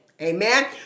Amen